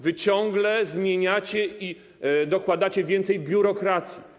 Wy ciągle zmieniacie i dokładacie więcej biurokracji.